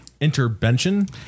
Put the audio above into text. Intervention